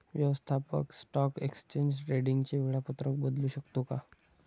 व्यवस्थापक stock exchange ट्रेडिंगचे वेळापत्रक बदलू शकतो का?